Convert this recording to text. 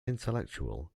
intellectual